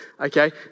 okay